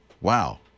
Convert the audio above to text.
Wow